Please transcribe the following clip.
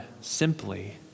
simply